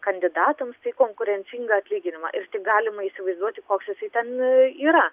kandidatams tai konkurencingą atlyginimą ir tik galima įsivaizduoti koks jisai ten yra